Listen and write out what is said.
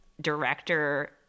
director